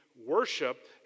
worship